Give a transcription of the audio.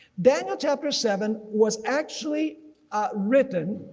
daniel chapter seven was actually written,